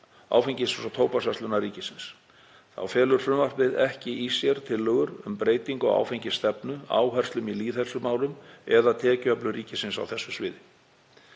Áfengis- og tóbaksverslunar ríkisins. Þá felur frumvarpið ekki í sér tillögur um breytingu á áfengisstefnu, áherslum í lýðheilsumálum eða tekjuöflun ríkisins á þessu sviði.